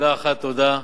במלה אחת, תודה.